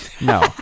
No